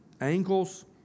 ankles